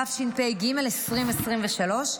התשפ"ג 2023,